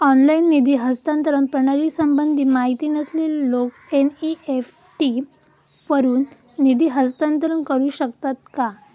Online निधी हस्तांतरण प्रणालीसंबंधी माहिती नसलेले लोक एन.इ.एफ.टी वरून निधी हस्तांतरण करू शकतात का?